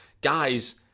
guys